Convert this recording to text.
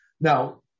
Now